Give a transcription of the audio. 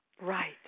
Right